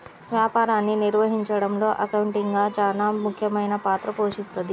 వ్యాపారాన్ని నిర్వహించడంలో అకౌంటింగ్ చానా ముఖ్యమైన పాత్ర పోషిస్తది